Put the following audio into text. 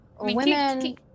Women